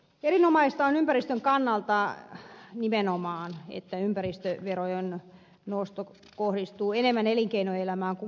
erinomaista on ympäristön kannalta nimenomaan se että ympäristöverojen nosto kohdistuu enemmän elinkeinoelämään kuin kotitalouksiin